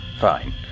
Fine